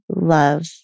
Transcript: love